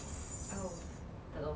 oh tak tahu